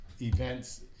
events